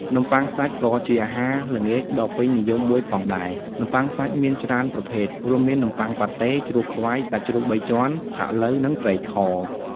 នំបុ័ងសាច់ ក៏ជាអាហារល្ងាចដ៏ពេញនិយមមួយផងដែរ នំបុ័ងសាច់់មានច្រើនប្រភេទ រួមមាននំប័ុងប៉ាតេ ជ្រូកខ្វៃ សាច់ជ្រូកបីជាន់ ផាក់ឡូវ និងត្រីខ។